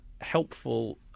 helpful